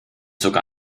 sogar